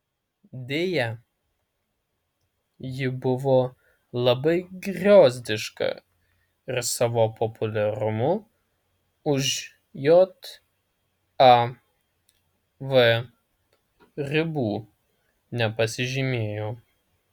deja ji buvo labai griozdiška ir savo populiarumu už jav ribų nepasižymėjo